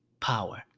power